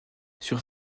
sur